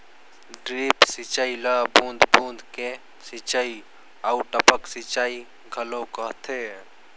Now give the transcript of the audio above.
drip सिंचई ल बूंद बूंद के सिंचई आऊ टपक सिंचई घलो कहथे